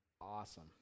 awesome